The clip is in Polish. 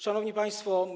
Szanowni Państwo!